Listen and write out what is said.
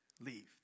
leave